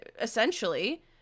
essentially